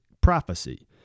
prophecy